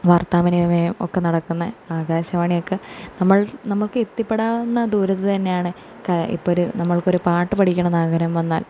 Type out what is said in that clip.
വാർത്താവിനിമയം ഒക്കെ നടക്കുന്നത് ആകാശവാണി ഒക്കെ നമ്മൾ നമുക്ക് എത്തിപ്പെടാവുന്ന ദൂരത്ത് തന്നെയാണ് ഇപ്പോൾ ഒരു നമ്മൾക്ക് ഒരു പാട്ട് പഠിക്കണമെന്ന് ആഗ്രഹം വന്നാൽ